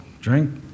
drink